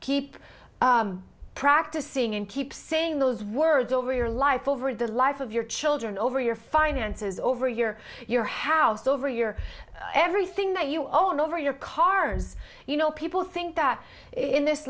keep practicing and keep saying those words over your life over the life of your children over your finances over a year your house over your everything that you all over your cars you know people think that in this